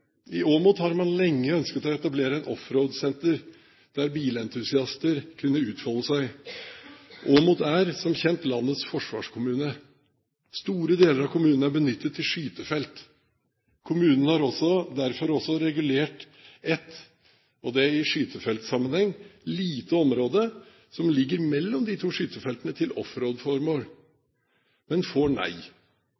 I Åmot har man lenge ønsket å etablere et offroadsenter der bilentusiaster kunne utfolde seg. Åmot er som kjent landets forsvarskommune. Store deler av kommunen er benyttet til skytefelt. Kommunen har derfor også regulert et i skytefeltsammenheng lite område som ligger mellom de to skytefeltene til